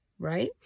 Right